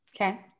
Okay